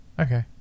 Okay